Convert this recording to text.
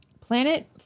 Planet